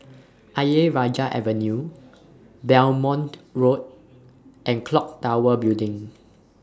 Ayer Rajah Avenue Belmont Road and Clock Tower Building